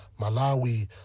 Malawi